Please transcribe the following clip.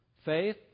Faith